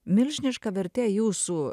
milžiniška vertė jūsų